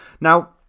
Now